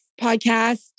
podcast